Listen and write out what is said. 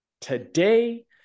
today